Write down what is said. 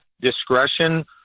discretion